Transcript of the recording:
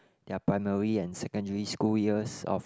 their primary and secondary school years of